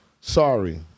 sorry